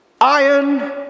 Iron